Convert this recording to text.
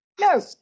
No